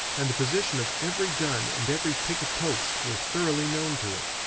and the position of every gun and every picket post were thoroughly known to him.